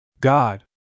God